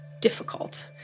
difficult